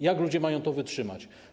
Jak ludzie mają to wytrzymać?